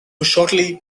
shortly